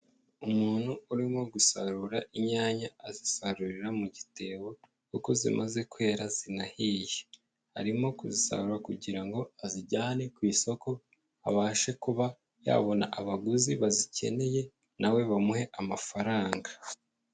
Umuntu urimo gusarura inyanya azisarurira mu gitebo kuko zimaze kwera zinahiye. Arimo kuzisarura kugira ngo azijyane ku isoko, abashe kuba yabona abaguzi bazikeneye na we bamuhe amafaranga.